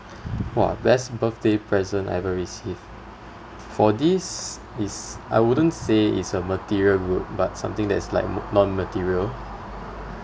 !wah! best birthday present ever received for this is I wouldn't say it's a material good but something that's like m~ non material